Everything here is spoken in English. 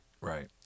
Right